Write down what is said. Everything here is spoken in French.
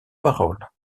paroles